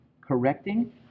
correcting